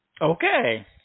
Okay